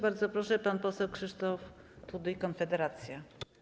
Bardzo proszę, pan poseł Krzysztof Tuduj, Konfederacja.